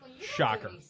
Shocker